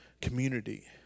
community